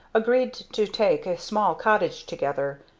agreed to take a small cottage together,